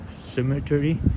cemetery